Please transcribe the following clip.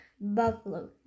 buffalo